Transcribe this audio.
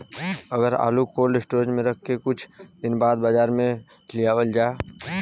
अगर आलू cold storage में रख के कुछ दिन बाद बाजार में लियावल जा?